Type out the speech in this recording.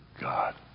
God